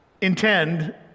intend